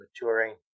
maturing